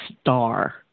star